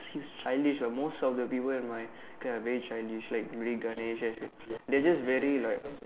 childish ah most of the people in my class are very childish like Ganesh they're just very like